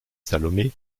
salomé